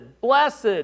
blessed